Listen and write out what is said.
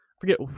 Forget